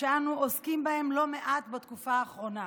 שאנחנו עוסקים בהם לא מעט בתקופה האחרונה.